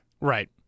right